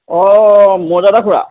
অঁ মৌজাদাৰ খুৰা